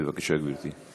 בבקשה, גברתי.